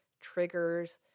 triggers